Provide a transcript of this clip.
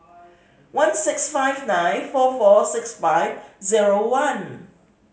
one six five nine four four six five zero one